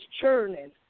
churning